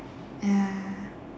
ya